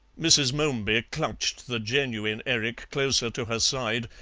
mrs. momeby clutched the genuine erik closer to her side,